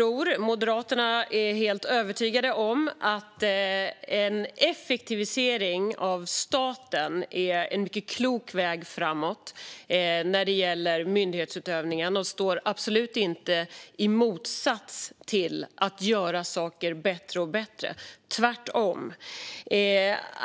och Moderaterna är helt övertygade om att en effektivisering av staten är en mycket klok väg framåt när det gäller myndighetsutövningen och att det absolut inte står i motsatsställning till att göra saker bättre, tvärtom.